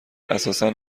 اساسا